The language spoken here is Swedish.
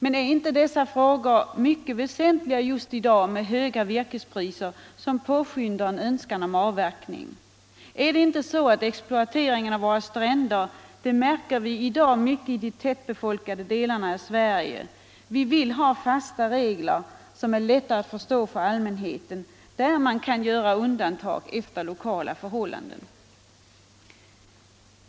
Men är det inte angeläget att få ett beslut redan nu bl.a. med tanke på att dagens höga virkespriser gör att många skogsägare önskar påskynda avverkningen? Exploateringen av våra stränder i de tättbefolkade delarna av Sverige visar att det behövs fasta regler, som är lätta att förstå för allmänheten men där undantag kan göras i enlighet med lokala förhållanden.